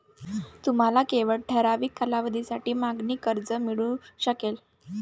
तुम्हाला केवळ ठराविक कालावधीसाठी मागणी कर्ज मिळू शकेल